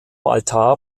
altar